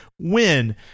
win